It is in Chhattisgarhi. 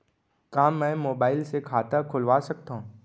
का मैं मोबाइल से खाता खोलवा सकथव?